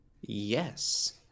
Yes